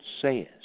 says